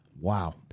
Wow